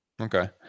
Okay